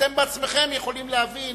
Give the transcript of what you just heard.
אתם בעצמכם יכולים להבין